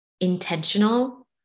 intentional